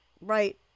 right